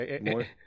More